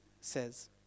says